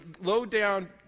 low-down